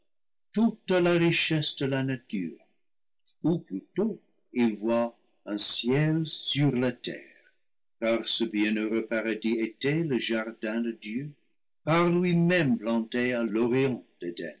toute la richesse de la nature ou plutôt il voit un ciel sur la terre car ce bienheureux paradis était le jardin de dieu par lui-même planté à l'orient